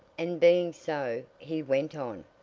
and being so, he went on,